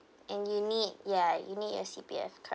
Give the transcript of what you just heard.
and you need ya you need a C_P_F cor~